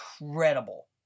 incredible